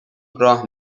راه